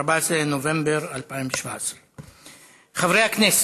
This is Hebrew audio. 14 בנובמבר 2017. חברי הכנסת,